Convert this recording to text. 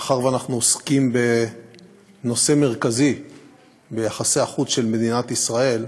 מאחר שאנחנו עוסקים בנושא מרכזי ביחסי החוץ של מדינת ישראל,